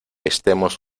estemos